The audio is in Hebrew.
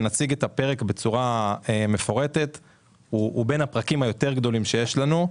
של הדיור הוא בין הפרקים היותר גדולים שיש לנו.